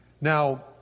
Now